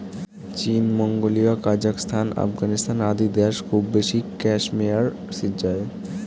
চীন, Mongolia, Kazakhstan, Afghanistan আদি দ্যাশ খুব বেশি ক্যাশমেয়ার সিজ্জায়